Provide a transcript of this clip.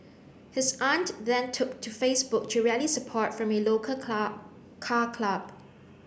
his aunt then took to Facebook to rally support from a local car car club